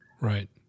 right